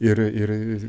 ir ir